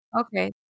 Okay